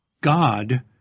God